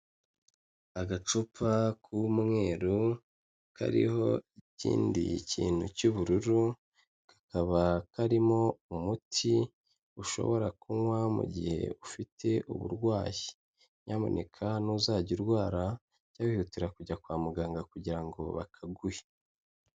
Agacupa k'umweru kariho ikindi kintu cy'ubururu, kakaba karimo umuti ushobora kunywa mu gihe ufite uburwayi, nyamuneka nuzajya urwara, jya wihutira kujya kwa muganga kugira ngo bakaguhe.